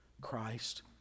Christ